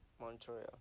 Montreal